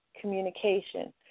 communication